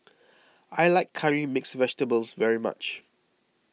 I like Curry Mixed Vegetables very much